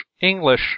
English